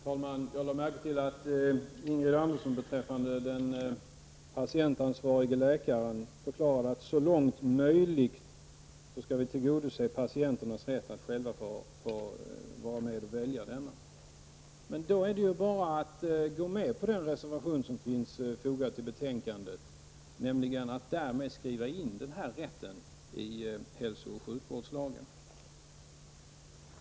Herr talman! Jag lade märke till att Ingrid Andersson beträffande den patientansvarige läkaren förklarade att vi så långt möjligt skall tillgodose patientens rätt att själv vara med och välja. Men då behöver hon bara bifalla den reservation som finns fogad till betänkandet och därmed skriva in denna rätt i hälsooch sjukvårdslagen.